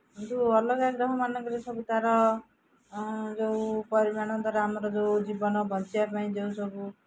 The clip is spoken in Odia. କିନ୍ତୁ ଅଲଗା ଗ୍ରହମାନଙ୍କରେ ସବୁ ତା'ର ଯେଉଁ ପରିମାଣ ଦ୍ୱାରା ଆମର ଯେଉଁ ଜୀବନ ବଞ୍ଚିବା ପାଇଁ ଯେଉଁ ସବୁ